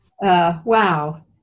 wow